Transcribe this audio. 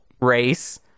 race